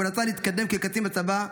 הוא רצה להתקדם כקצין בצבא,